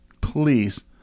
please